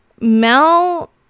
Mel